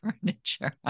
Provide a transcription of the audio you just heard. furniture